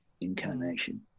incarnation